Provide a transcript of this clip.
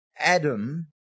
Adam